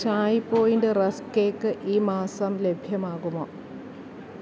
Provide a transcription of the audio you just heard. Chai Point rusk cake ഈ മാസം ലഭ്യമാകുമോ